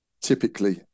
typically